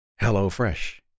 HelloFresh